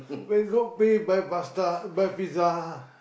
where got pay by pasta by pizza